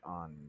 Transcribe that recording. on